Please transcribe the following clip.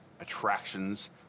attractions